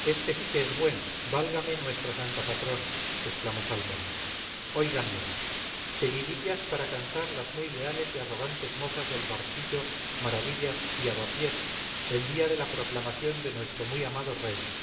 este sí que es bueno válgame nuestra santa patrona exclamó salmón óiganme seguidillas para cantar las muy leales y arrogantes mozas del barquillo maravillas y avapiés el día de la proclamación de nuestro muy amado rey